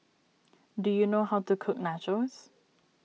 do you know how to cook Nachos